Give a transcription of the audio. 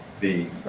the